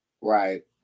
Right